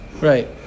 Right